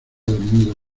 dormido